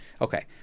okay